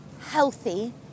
healthy